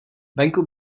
venku